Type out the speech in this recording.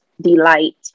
delight